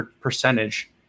percentage